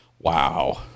wow